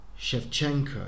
Shevchenko